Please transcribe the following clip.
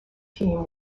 team